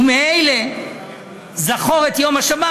וממילא "זכור את יום השבת",